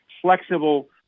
flexible